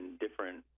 different